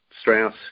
Strauss